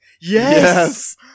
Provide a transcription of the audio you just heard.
Yes